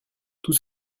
tout